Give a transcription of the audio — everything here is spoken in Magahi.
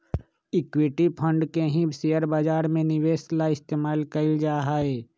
इक्विटी फंड के ही शेयर बाजार में निवेश ला इस्तेमाल कइल जाहई